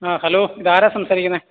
അ hello ഇത് ആരാണ് സംസാരിക്കുന്നത്